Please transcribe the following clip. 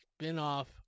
spin-off